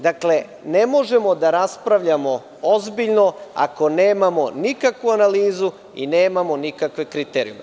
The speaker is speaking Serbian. Ne možemo da raspravljamo ozbiljno, ako nemamo nikakvu analizu i nemamo nikakve kriterijume.